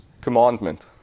commandment